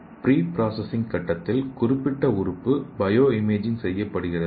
free processing கட்டத்தில் குறிப்பிட்ட உறுப்பு பயோ இமேஜிங் செய்யப்படுகிறது